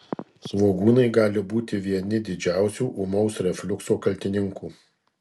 svogūnai gali būti vieni didžiausių ūmaus refliukso kaltininkų